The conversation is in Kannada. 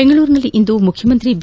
ಬೆಂಗಳೂರಿನಲ್ಲಿಂದು ಮುಖ್ಯಮಂತ್ರಿ ಬಿ